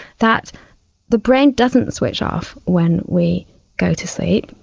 that the brain doesn't switch off when we go to sleep,